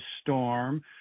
storm